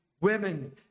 women